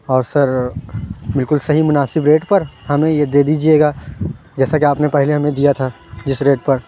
اور سر بالکل صحیح مناسب ریٹ پر ہمیں یہ دے دیجیے گا جیسا کہ آپ نے پہلے ہمیں دیا تھا جس ریٹ پر